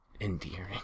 Endearing